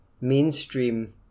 mainstream